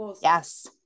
Yes